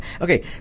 okay